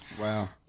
Wow